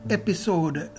episode